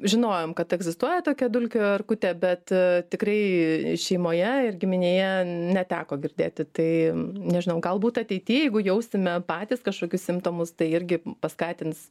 žinojom kad egzistuoja tokia dulkių erkutė bet tikrai šeimoje ir giminėje neteko girdėti tai nežinau galbūt ateity jeigu jausime patys kažkokius simptomus tai irgi paskatins